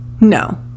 No